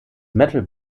metall